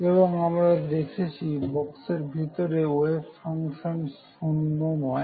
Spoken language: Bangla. এবং আমরা দেখেছি বক্সের ভিতরে ওয়েভ ফাংশান 0 নয়